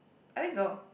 I think so